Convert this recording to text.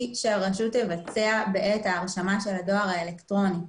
שהרשות תבצע בעת ההרשמה של הדואר האלקטרוני.